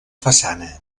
façana